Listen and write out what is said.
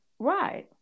Right